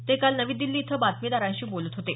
ते काल नवी दिल्ली इथं बातमीदारांशी बोलत होते